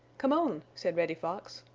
come on! said reddy fox.